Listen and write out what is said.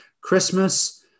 christmas